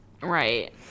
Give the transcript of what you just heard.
right